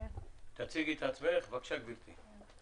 תציגי את עצמך, בבקשה גברתי.